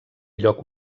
lloc